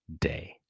day